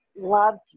loved